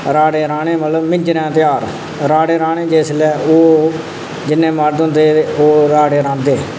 राह्ड़े राह्ने मतलब मिंजरें दा तेहार राह्ड़े राह्ने जिसलै ओह् जिन्ने मर्द होंदे हे ओह् राह्ड़े रांह्दे हे